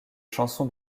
chansons